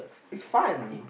is fun